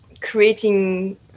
creating